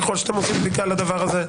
ככל שאתם עושים בדיקה לדבר הזה,